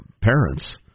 parents